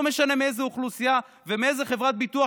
לא משנה מאיזו אוכלוסייה ומאיזו חברת ביטוח,